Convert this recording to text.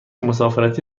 مسافرتی